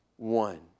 One